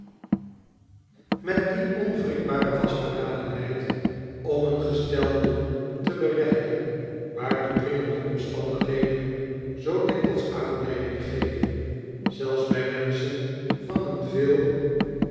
met die onwrikbare vastberadenheid om een gesteld doel te bereiken waartoe dringende omstandigheden zoo dikwijls aanleiding geven zelfs bij menschen van een veel